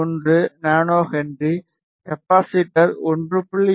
1 என்ஹச் கப்பாசிட்டர் 1